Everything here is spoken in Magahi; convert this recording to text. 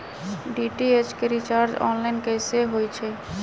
डी.टी.एच के रिचार्ज ऑनलाइन कैसे होईछई?